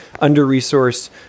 Under-resourced